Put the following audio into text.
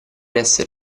esser